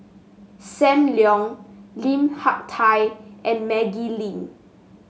Sam Leong Lim Hak Tai and Maggie Lim